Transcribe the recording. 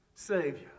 Savior